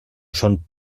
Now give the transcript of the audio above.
schon